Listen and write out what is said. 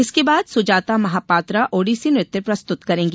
इसके बाद सुजाता महापात्रा ओडिसी नृत्य प्रस्तुत करेंगी